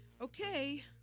Okay